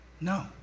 No